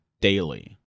daily